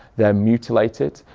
they're mutilated,